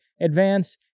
advance